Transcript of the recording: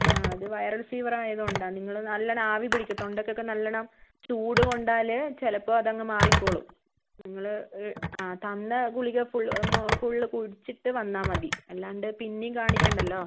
ആ അത് viral fever ആയതുകൊണ്ടാണ് നിങ്ങൾ നല്ലവണ്ണം ആവി പിടിക്ക് തൊണ്ടയ്ക്കൊക്കെ നല്ലവണ്ണം ചൂട് കൊണ്ടാൽ ചിലപ്പോൾ അതങ്ങ് മാറിക്കോളും നിങ്ങൾ ആ തന്ന ഗുളിക ഫുൾ മ ഫുൾ കുടിച്ചിട്ട് വന്നാൽ മതി അല്ലാണ്ട് പിന്നെയും കാണിക്കേണ്ടല്ലോ